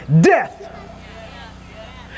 death